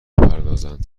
بپردازند